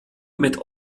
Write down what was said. mit